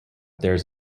there